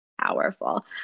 powerful